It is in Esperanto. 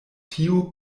tiu